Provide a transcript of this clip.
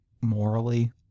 morally